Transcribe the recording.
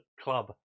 club